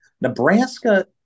Nebraska